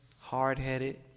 hard-headed